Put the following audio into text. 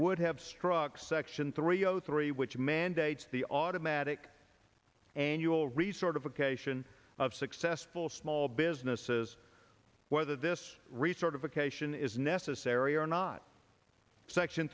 would have struck section three o three which mandates the automatic annual resort of occasion of successful small businesses whether this resort of acacia is necessary or not section